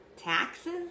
taxes